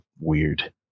weird